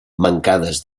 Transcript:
mancades